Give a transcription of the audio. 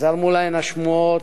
זרמו להן השמועות,